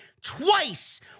twice